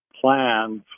plans